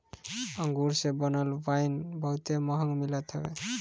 अंगूर से बनल वाइन बहुते महंग मिलत हवे